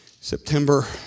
September